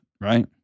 right